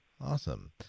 Awesome